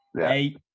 Eight